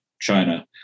China